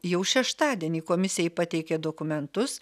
jau šeštadienį komisijai pateikė dokumentus